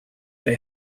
for